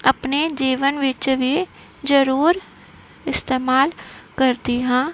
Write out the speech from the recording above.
ਆਪਣੇ ਜੀਵਨ ਵਿੱਚ ਵੀ ਜਰੂਰ ਇਸਤੇਮਾਲ ਕਰਦੀ ਹਾਂ